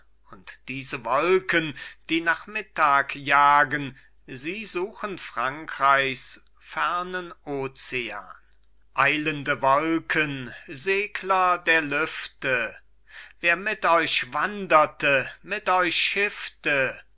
und diese wolken die nach mittag jagen sie suchen frankreichs fernen ozean eilende wolken segler der lüfte wer mit euch wanderte mit euch schiffte